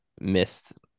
missed